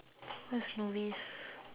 that's novice